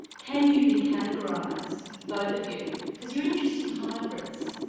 can you be categorised both of you because you're interesting hybrids,